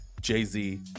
Jay-Z